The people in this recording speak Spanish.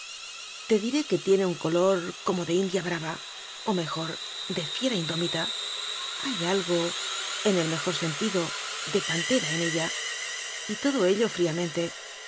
te diré que tiene un color como de india brava o mejor de fiera indómita hay algo en el mejor sentido de pantera en ella y todo ello fríamente